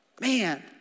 Man